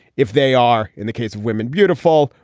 if they are, in the case of women, beautiful,